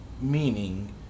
meaning